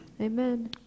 Amen